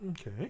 Okay